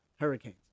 hurricanes